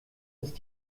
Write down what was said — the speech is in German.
ist